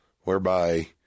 whereby